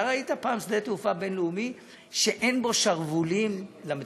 אתה ראית פעם שדה תעופה בין-לאומי שאין בו שרוולים למטוסים?